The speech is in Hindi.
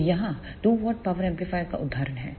तो यहाँ 2 W पावर एम्पलीफायर का उदाहरण है